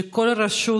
שכל רשות